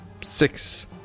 six